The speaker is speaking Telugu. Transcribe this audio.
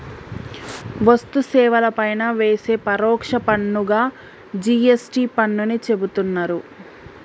వస్తు సేవల పైన వేసే పరోక్ష పన్నుగా జి.ఎస్.టి పన్నుని చెబుతున్నరు